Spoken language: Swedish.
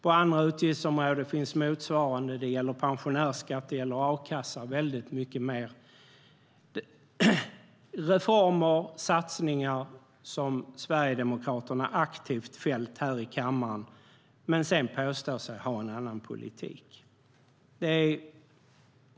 På andra utgiftsområden finns motsvarande när det gäller pensionärsskatt, a-kassan och väldigt många fler reformer och satsningar som Sverigedemokraterna aktivt har fällt här i kammaren. Sedan påstår de sig ha en annan politik.